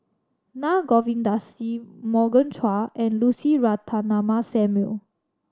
Naa Govindasamy Morgan Chua and Lucy Ratnammah Samuel